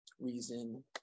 reason